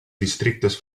districtes